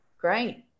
great